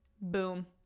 Boom